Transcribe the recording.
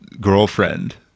girlfriend